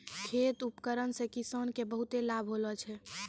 खेत उपकरण से किसान के बहुत लाभ होलो छै